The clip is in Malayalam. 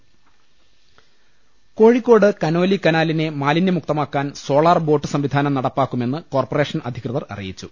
ലലലലലലലലലലലല കോഴിക്കോട് കനോലി കനാലിനെ മാലിന്യമുക്ത മാക്കാൻ സോളാർ ബോട്ട് സംവിധാനം നടപ്പാക്കുമെന്ന് കോർപറേഷൻ അധികൃതർ അറിയിച്ചു